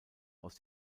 aus